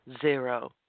Zero